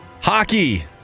Hockey